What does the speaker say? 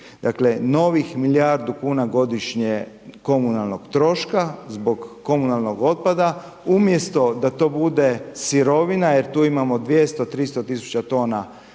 Dakle, novih milijardu kuna godišnje komunalnog troška, zbog komunalnog otpada, umjesto da to bude sirovina, jer tu imamo 200-300 tisuća tona